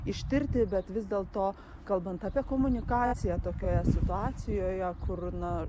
ištirti bet vis dėl to kalbant apie komunikaciją tokioje situacijoje kur na